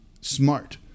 smart